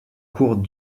cours